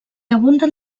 abunden